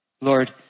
Lord